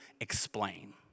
explain